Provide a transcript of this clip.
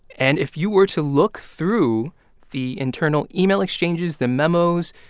and if you were to look through the internal email exchanges, the memos,